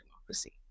democracy